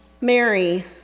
Mary